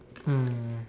mm